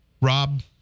Rob